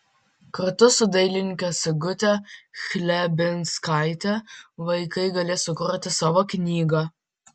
kartu su dailininke sigute chlebinskaite vaikai galės sukurti savo knygą